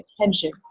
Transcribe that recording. attention